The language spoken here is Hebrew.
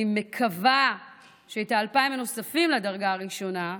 אני מקווה שאת ה-2,000 הנוספים לדרגה הראשונה,